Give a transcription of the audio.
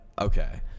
Okay